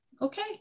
Okay